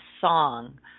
song